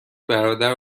برادر